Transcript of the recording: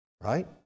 right